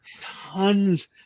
tons